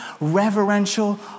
reverential